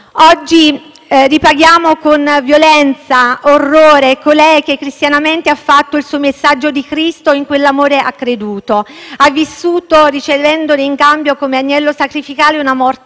Oggi, ripaghiamo con violenza e orrore colei che cristianamente ha fatto suo il messaggio di Cristo e in quell'amore ha creduto; ha vissuto ricevendone in cambio, come agnello sacrificale, una morte